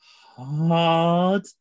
hard